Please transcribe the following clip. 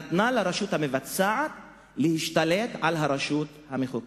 נתנה לרשות המבצעת להשתלט על הרשות המחוקקת.